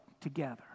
together